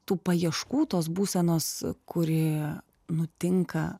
tų paieškų tos būsenos kuri nutinka